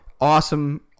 Awesome